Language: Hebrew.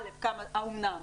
א', האומנם?